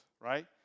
right